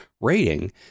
Rating